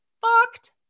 fucked